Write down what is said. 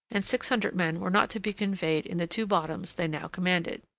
and six hundred men were not to be conveyed in the two bottoms they now commanded.